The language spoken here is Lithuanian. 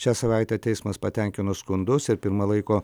šią savaitę teismas patenkino skundus ir pirma laiko